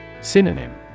Synonym